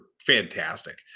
fantastic